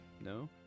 No